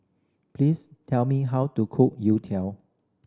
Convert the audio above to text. please tell me how to cook youtiao